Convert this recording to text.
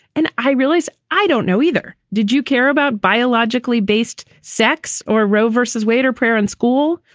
and i realize i don't know either. did you care about biologically based sex or roe versus wade or prayer in school?